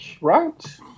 right